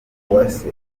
uwase